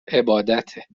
عبادته